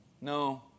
No